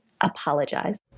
apologize